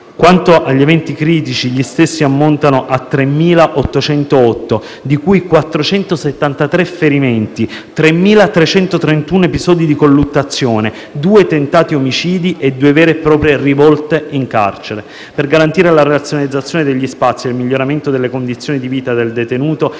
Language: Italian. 2018; gli eventi critici ammontano a 3.808 (473 ferimenti, 3.331 episodi di colluttazione, 2 tentati omicidi e 2 vere e proprie rivolte in carcere). Per garantire la razionalizzazione degli spazi e il miglioramento delle condizioni di vita dei detenuti